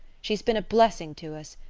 she's been a blessing to us,